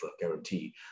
guarantee